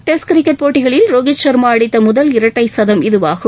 test cricket போட்டிகளில் ரோஹித் ஷர்மா அடித்த முதல் இரட்டை சதம் இதுவாகும்